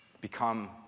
become